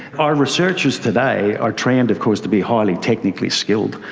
our researchers today are trained, of course, to be highly technically skilled.